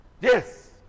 Yes